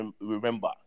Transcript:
remember